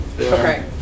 Okay